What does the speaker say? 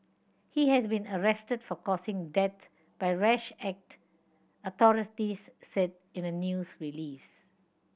he has been arrested for causing death by rash act authorities said in a news release